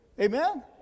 Amen